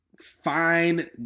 fine